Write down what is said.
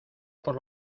por